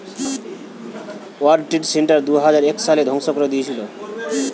world trade centre দুইহাজার এক সালে ধ্বংস করে দিয়েছিলো